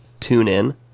TuneIn